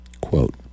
quote